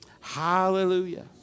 Hallelujah